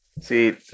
See